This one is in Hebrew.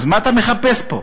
אז מה אתה מחפש פה?